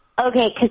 Okay